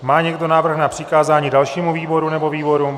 Má někdo návrh na přikázání dalšímu výboru nebo výborům?